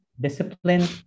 discipline